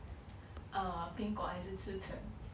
err 苹果还是吃橙